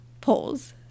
polls